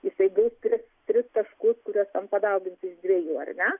jisai gaus tris tris taškus kuriuos ten padaugins iš dviejų ar ne